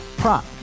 Prop